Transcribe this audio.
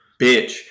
bitch